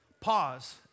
pause